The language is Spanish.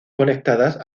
conectadas